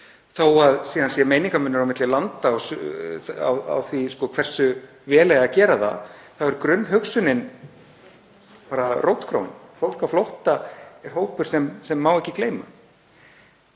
það sé síðan meiningarmunur á milli landa á því hversu vel eigi að gera það þá er grunnhugsunin bara rótgróin: Fólk á flótta er hópur sem má ekki gleyma.